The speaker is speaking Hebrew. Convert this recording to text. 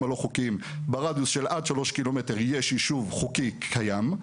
הלא חוקיים ברדיוס של עד שלוש ק"מ יש יישוב חוקי קיים,